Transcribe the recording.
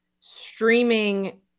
streaming